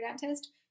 dentist